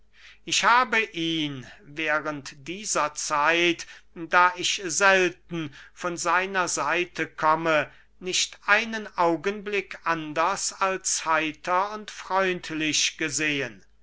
ich habe ihn während dieser zeit da ich selten von seiner seite komme nicht einen augenblick anders als heiter und freundlich gesehen